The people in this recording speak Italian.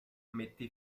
mette